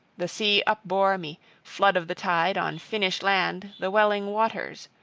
the sea upbore me, flood of the tide, on finnish land, the welling waters.